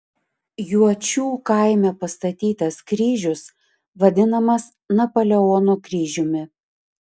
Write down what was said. juočių kaime pastatytas kryžius vadinamas napoleono kryžiumi